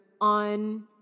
on